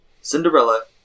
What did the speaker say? Cinderella